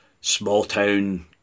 small-town